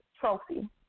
trophy